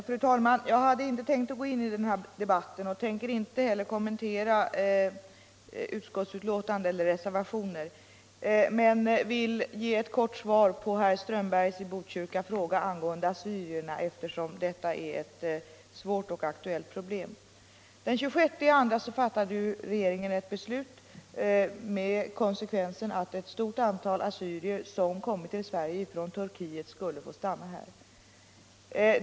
Fru talman! Jag hade inte tänkt gå in i den här debatten och skall inte heller nu kommentera utskottsbetänkande eller reservationer, men jag vill ge ett kort svar på herr Strömbergs i Botkyrka fråga angående assyrierna, eftersom den berör ett svårt och aktuellt problem. Den 26 februari fattade regeringen ett beslut med konsekvensen att ett stort antal assyrier som kommit till Sverige från Turkiet skulle få stanna här.